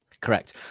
Correct